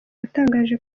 yatangaje